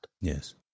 Yes